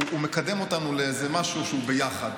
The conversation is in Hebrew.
הוא מקדם אותנו למשהו שהוא ביחד?